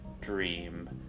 dream